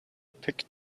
picked